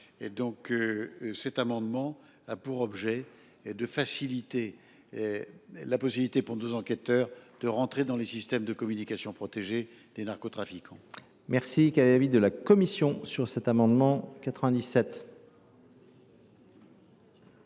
requête. Cet amendement a pour objet de faciliter la possibilité pour nos enquêteurs d’entrer dans les systèmes de communication protégés des narcotrafiquants. Quel est l’avis de la commission ? Il est